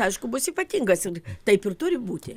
aišku bus ypatingas juk taip ir turi būti